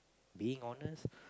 being honest